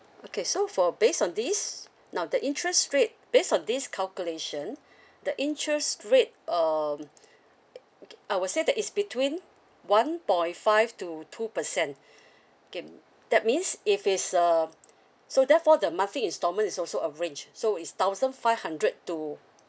okay so for based on this now the interest rate based on this calculation the interest rate um okay I would say that is between one point five to two percent K that means if is a so therefore the monthly installment is also a range so is thousand five hundred to